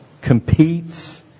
competes